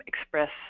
express